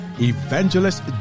evangelist